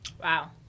Wow